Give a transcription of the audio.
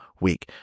week